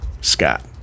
Scott